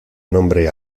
nombre